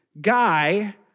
guy